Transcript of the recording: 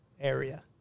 area